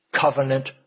covenant